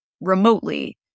remotely